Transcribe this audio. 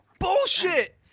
Bullshit